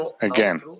Again